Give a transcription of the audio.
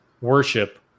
worship